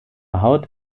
haut